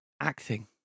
Acting